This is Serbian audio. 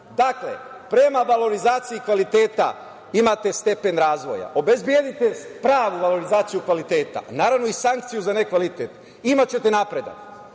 Dakle, prema valorizaciji kvaliteta imate stepen razvoja, obezbedite pravu valorizaciju kvaliteta, naravno i sankciju za nekvalitet, imaćete napredak. Sa